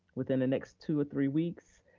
within the next two or three weeks,